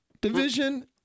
division